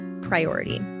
priority